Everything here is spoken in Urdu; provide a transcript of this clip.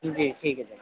جی ٹھیک ہے جناب